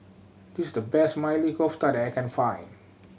this the best Maili Kofta that I can find